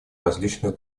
различных